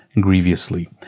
grievously